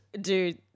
dude